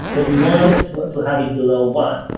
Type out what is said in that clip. but you want it to ah to have it below one.